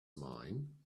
mine